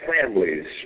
families